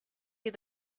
you